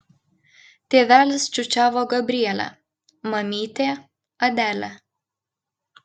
tėvelis čiūčiavo gabrielę mamytė adelę